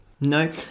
No